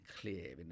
clear